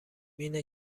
اینه